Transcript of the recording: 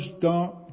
dark